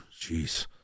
jeez